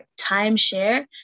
timeshare